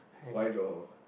why johor